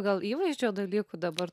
gal įvaizdžio dalyku dabar